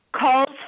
calls